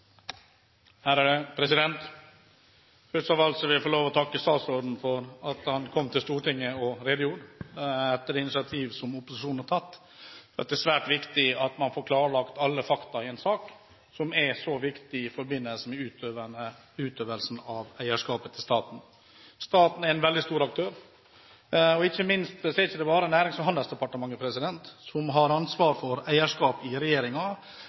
TV 2. Først av alt vil jeg få lov til å takke statsråden for at han kom til Stortinget og redegjorde, etter initiativ tatt av opposisjonen. Det er svært viktig at man får klarlagt alle fakta i en sak som er så viktig i forbindelse med utøvelsen av statens eierskap. Staten er en veldig stor aktør. Det er ikke bare Handels- og næringsdepartementet som har ansvar for eierskap i